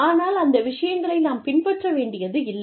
ஆனால் அந்த விஷயங்களை நாம் பின்பற்ற வேண்டியது இல்லை